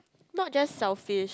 not just selfish